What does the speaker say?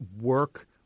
work